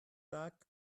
sagt